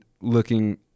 looking